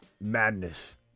Madness